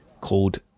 called